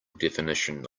definition